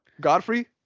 Godfrey